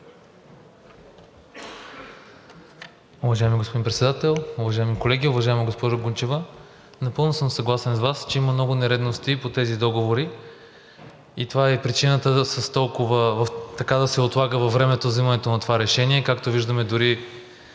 Уважаеми господин Председател, уважаеми колеги! Уважаема госпожо Гунчева, напълно съм съгласен с Вас, че има много нередности по тези договори и това е причината да се отлага във времето взимането на това решение. Както виждаме, дори